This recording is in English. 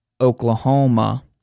Oklahoma